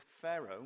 Pharaoh